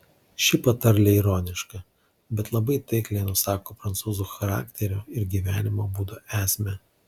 ši patarlė ironiška bet labai taikliai nusako prancūzų charakterio ir gyvenimo būdo esmę